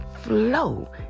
flow